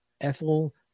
Ethel